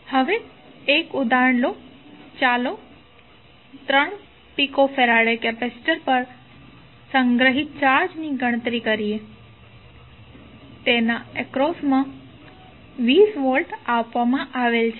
હવે 1 ઉદાહરણ લો ચાલો 3pF કેપેસિટર પર સંગ્રહિત ચાર્જની ગણતરી કરીએ તેના એક્રોસમા 20 વોલ્ટ આપવામાં આવેલ છે